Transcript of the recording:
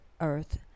earth